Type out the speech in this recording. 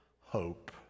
hope